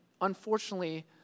unfortunately